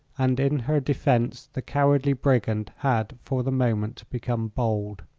and in her defense the cowardly brigand had for the moment become bold.